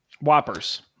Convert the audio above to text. Whoppers